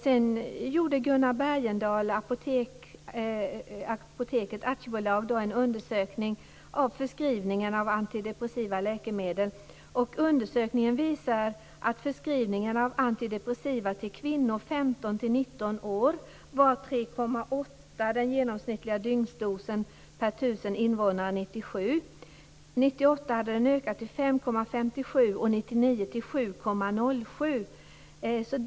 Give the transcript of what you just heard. Sedan gjorde Gunnar Bergendal, Apoteket AB, en undersökning av förskrivningen av antidepressiva läkemedel. Undersökningen visar att förskrivningen av antidepressiva medel till kvinnor 15-19 år var 3,8 i genomsnittlig dygnsdos per tusen invånare 1997. År 1998 hade den ökat till 5,57 och år 1999 till 7,07.